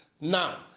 Now